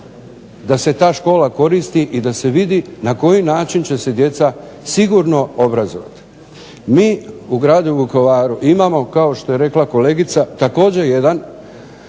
da se ta škola koristi i da se vidi na koji način će se djeca sigurno obrazovati? Mi u gradu Vukovaru imamo kao što je rekla kolegica također jedan